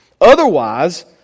Otherwise